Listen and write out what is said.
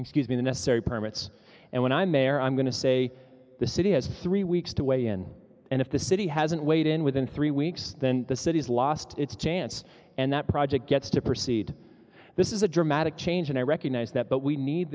excuse me the necessary permits and when i'm mayor i'm going to say the city has three weeks to weigh in and if the city hasn't weighed in within three weeks then the city has lost its chance and that project gets to proceed this is a dramatic change and i recognize that but we need